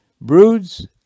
broods